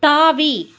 தாவி